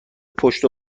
پشت